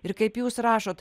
ir kaip jūs rašot